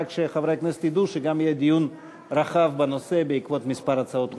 רק שחברי הכנסת ידעו שגם יהיה דיון רחב בנושא בעקבות כמה הצעות.